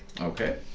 Okay